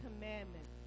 commandments